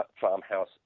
farmhouse